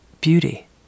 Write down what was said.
beauty